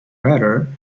better